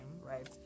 right